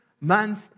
month